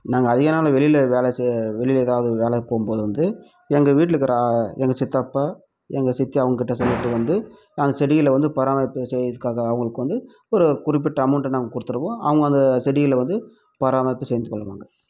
நாங்கள் அதிக நாள் வெளியில் வேலை செய் வெளியில் எதாவது வேலைக்கு போகும்போது வந்து எங்கள் வீட்தில் இருக்கிற எங்கள் சித்தப்பா எங்கள் சித்தி அவங்கக்கிட்ட சொல்லிவிட்டு வந்து நாங்கள் செடிகளை வந்து பராமரிப்பு செய்கிறதுக்காக அவுங்களுக்கு வந்து ஒரு குறிப்பிட்ட அமௌண்ட்டை நாங்கள் கொடுத்துடுவோம் அவங்க அந்த செடிகளை வந்து பராமரிப்பு செஞ்சு கொள்வாங்க